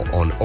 on